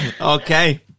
Okay